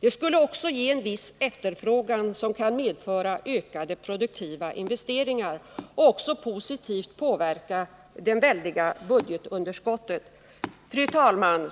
Det skulle också ge oss en efterfrågan som kan medföra ökade produktiva investeringar och också positivt påverka det väldiga budgetunderskottet. Fru talman!